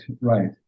right